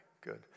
good